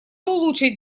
улучшит